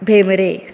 Bhembre